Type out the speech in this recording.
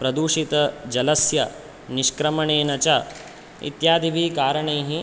प्रदूषितजलस्य निष्क्रमणेन च इत्यादिभिः कारणैः